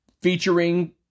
featuring